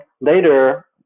later